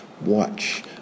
watch